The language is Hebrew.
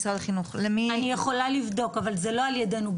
אני יכולה לבדוק אבל זה לא על ידינו.